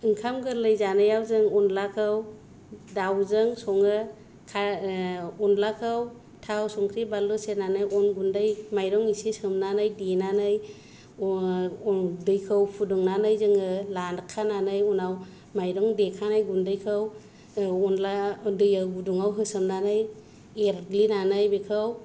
ओंखाम गोर्लै जानायाव जों अनलाखौ दाउजों सङो खा अनलाखौ थाव संख्रि बानलु सेरनानै अन गुन्दै माइरं एसे सोमनानै देनानै अन गुन्दैखौ फुदुंनानै जोङो लाखानानै उनाव माइरं देखानाय गुन्दैखौ अनला दै गुदुङाव होसननानै एरग्लिनानै बेखौ